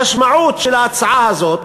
המשמעות של ההצעה הזאת